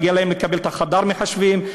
מגיע להם לקבל חדר מחשבים,